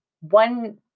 one